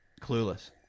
clueless